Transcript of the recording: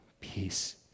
peace